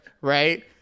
right